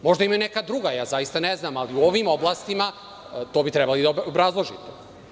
Možda imaju neka druga, zaista ne znam, ali u ovim oblastima to bi trebalo da obrazložite.